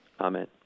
Amen